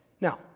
Now